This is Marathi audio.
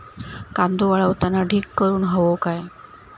कांदो वाळवताना ढीग करून हवो काय?